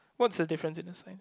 what's the difference in the sign